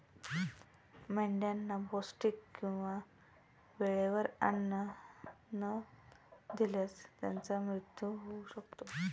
मेंढ्यांना पौष्टिक किंवा वेळेवर अन्न न दिल्यास त्यांचा मृत्यू होऊ शकतो